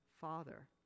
father